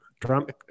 Trump